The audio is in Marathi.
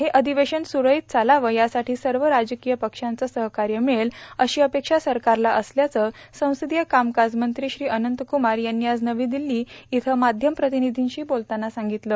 हे अधिवेशन सुरळीत चालावं यासाठी सर्व राजकीय पक्षांचं सहकार्य मिळेल अशी अपेक्षा सरकारला असल्याचं संसदीय कोमकाज मंत्री श्री अनंतकुमार यांनी आज नवी दिल्ली इथं माध्यम प्रतिनिधीशी बोलताना सांगितलं